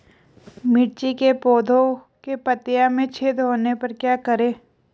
मिर्ची के पौधों के पत्तियों में छेद होने पर क्या करें?